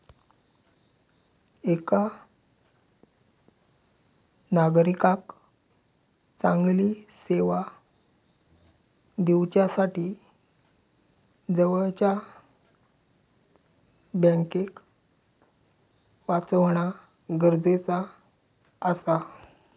एका नागरिकाक चांगली सेवा दिवच्यासाठी जवळच्या बँकेक वाचवणा गरजेचा आसा